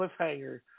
cliffhanger